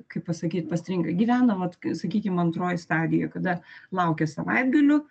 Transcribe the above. kaip pasakyt pastringa gyvena vat sakykim antroj stadijoj kada laukia savaitgalių